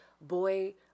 boy